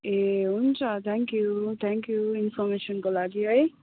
ए हुन्छ thank you thank you इन्फर्मेसनको लागि है